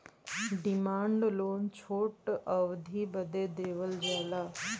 demand loan छोट अवधी बदे देवल जाला